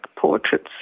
portraits